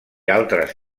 altres